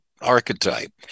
archetype